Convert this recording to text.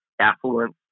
affluence